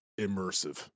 immersive